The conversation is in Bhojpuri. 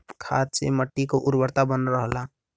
खाद से मट्टी क उर्वरता बनल रहला